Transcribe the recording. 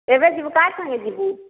ଏବେ ଯିବୁ କା ସାଙ୍ଗେ ଯିବୁ